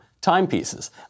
timepieces